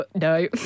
no